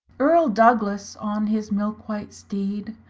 erle douglas on his milke-white steede,